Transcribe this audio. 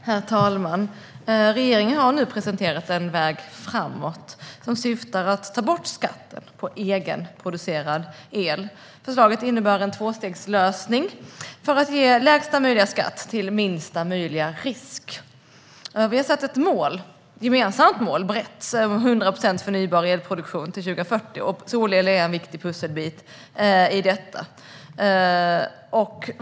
Herr talman! Regeringen har nu presenterat en väg framåt som syftar till att ta bort skatten på egenproducerad el. Förslaget innebär en tvåstegslösning för att ge lägsta möjliga skatt till minsta möjliga risk. Vi har satt ett gemensamt och brett mål om 100 procent förnybar elproduktion till 2040, och solel är en viktig pusselbit i detta.